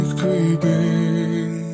creeping